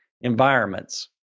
environments